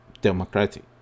democratic